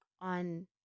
on